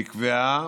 נקבעה,